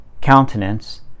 countenance